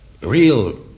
real